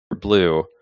blue